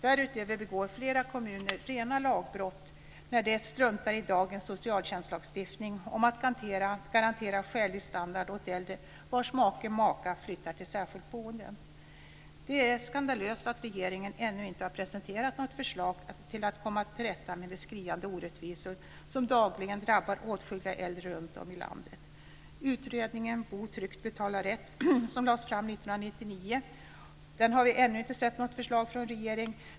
Därutöver begår flera kommuner rena lagbrott när de struntar i dagens socialtjänstlagstiftning om att man ska garantera skälig standard åt äldre vars make eller maka flyttar till särskilt boende. Det är skandalöst att regeringen ännu inte har presenterat något förslag för att komma till rätta med de skriande orättvisor som dagligen drabbar åtskilliga äldre runt om i landet. 1999. Vi har ännu inte sett något förslag från regeringen.